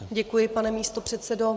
Děkuji, pane místopředsedo.